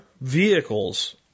vehicles